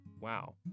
wow